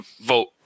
vote